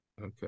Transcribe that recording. okay